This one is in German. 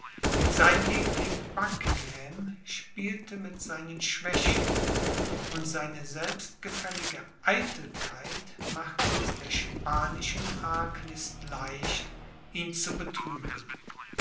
sein liebling buckingham spielte mit seinen schwächen und seine selbstgefällige eitelkeit machte es der spanischen arglist leicht ihn zu betrügen